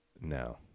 Now